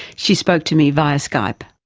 she spoke to me via skype.